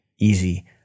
easy